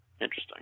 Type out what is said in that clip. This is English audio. Interesting